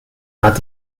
nad